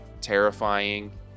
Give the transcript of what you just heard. terrifying